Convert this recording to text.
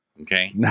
Okay